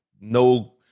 no